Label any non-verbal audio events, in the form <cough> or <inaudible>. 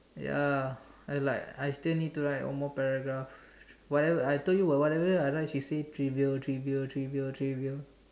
ya I like I still need to write one more paragraph <breath> whatever I told you what whatever I write she said trivial trivial trivial trivial